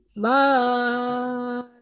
Bye